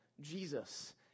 Jesus